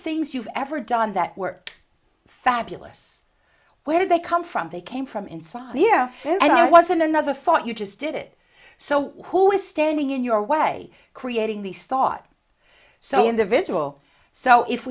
things you've ever done that were fabulous where they come from they came from inside here and i was in another thought you just did it so who is standing in your way creating these thoughts so individual so if